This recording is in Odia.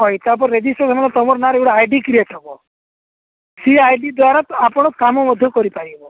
ହଁ ତାପରେ ରେଜିଷ୍ଟ୍ରେସନ୍ ତୁମର ନାଁରେ ଗୋଟେ ଆଇ ଡି କ୍ରିଏଟ୍ ହେବ ସେ ଆଇ ଡି ଦ୍ୱାରା ଆପଣ କାମ ମଧ୍ୟ କରିପାରିବ